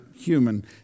human